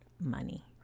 money